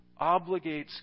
obligates